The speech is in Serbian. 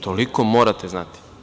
Toliko morate znati.